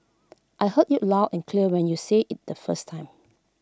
I heard you loud and clear when you said IT the first time